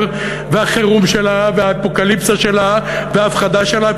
והחירום שלה והאפוקליפסה שלה וההפחדה שלה,